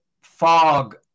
fog